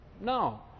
No